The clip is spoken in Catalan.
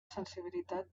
sensibilitat